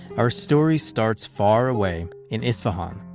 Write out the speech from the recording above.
our story starts far away, in isfahan,